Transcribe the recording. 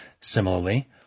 Similarly